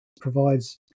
provides